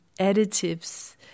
additives